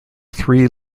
three